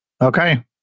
Okay